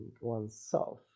oneself